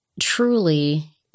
truly